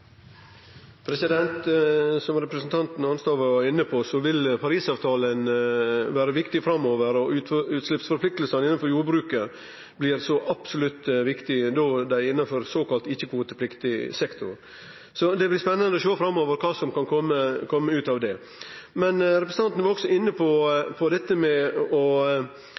Som representanten Arnstad var inne på, vil Paris-avtalen vere viktig framover. Utsleppsforpliktingane innanfor jordbruket blir absolutt viktige, då dei er innanfor såkalla ikkje-kvotepliktig sektor. Det blir spanande å sjå framover kva som kan kome ut av det. Representanten var òg inne på dette med å